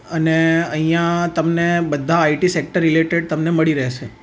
અને અહીંયાં તમને બધા આઈટી સેક્ટર રિલેટેડ તમને મળી રહેશે